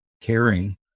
caring